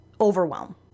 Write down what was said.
Overwhelm